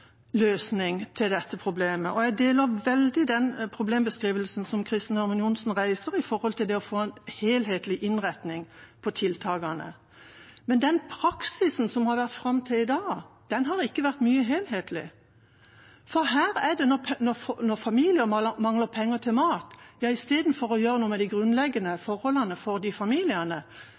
dette problemet. Jeg deler veldig den problembeskrivelsen som representanten Ørmen Johnsen reiser om å få en helhetlig innretning på tiltakene. Den praksisen som har vært fram til i dag, har ikke vært mye helhetlig. I stedet for å gjøre noe med de grunnleggende forholdene når familier mangler penger til mat, som å styrke fellesskapsordninger, som å gjøre